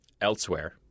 Elsewhere